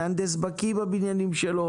המהנדס בקי בבניינים שלו,